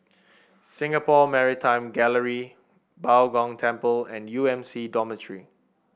Singapore Maritime Gallery Bao Gong Temple and U M C Dormitory